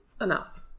enough